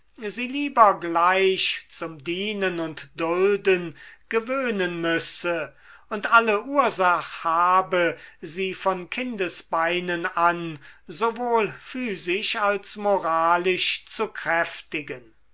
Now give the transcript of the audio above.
sie lieber gleich zum dienen und dulden gewöhnen müsse und alle ursach habe sie von kindesbeinen an sowohl physisch als moralisch zu kräftigen